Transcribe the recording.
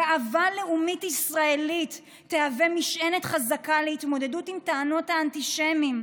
גאווה לאומית ישראלית תהווה משענת חזקה להתמודדות עם טענות האנטישמים.